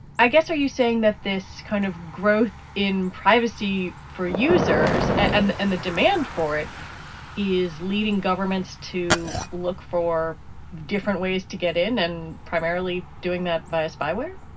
i guess are you saying that this kind of growth in privacy for users and the and the demand for it is leading governments to look for different ways to get in and primarily doing that via spyware